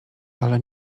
ale